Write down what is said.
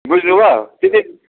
बुझ्नु भयो कि चाहिँ